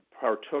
partook